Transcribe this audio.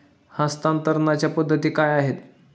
हस्तांतरणाच्या पद्धती काय आहेत?